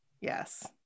yes